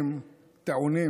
טעונים